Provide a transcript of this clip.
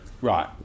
Right